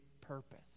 purpose